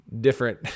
different